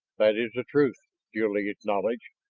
that is the truth, jil-lee acknowledged.